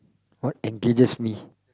what engages me